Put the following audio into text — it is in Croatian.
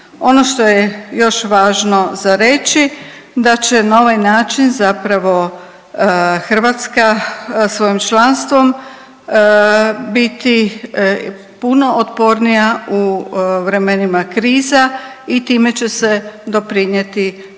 Ono što je još važno za reći da će na ovaj način zapravo Hrvatska svojim članstvom biti puno otpornija u vremenima kriza i time će se doprinijeti